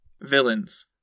Villains